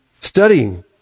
studying